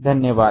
धन्यवाद